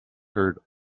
heard